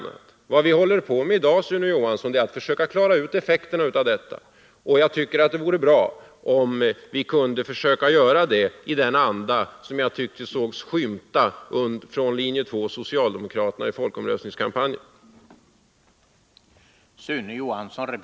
Vad vii dag håller på med är att försöka komma till rätta med effekterna av detta, och jag tycker att det vore bra, om vi kunde försöka göra det i den anda som jag tyckte mig skymta bland socialdemokraterna i linje 2 under folkomröstningskampanjen.